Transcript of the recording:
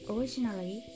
Originally